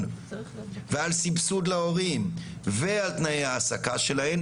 ועל סבסוד להורים ועל תנאי העסקה שלהן.